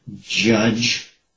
judge